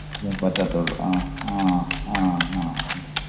പറ്റത്തുള്ളൂ ആ ആ ആ ആ ആ